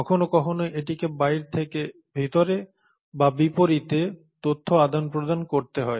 কখনও কখনও এটিকে বাইর থেকে ভিতরে বা বিপরীতে তথ্য আদান প্রদান করতে হয়